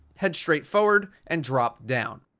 head straight forward and drop down.